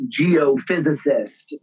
geophysicist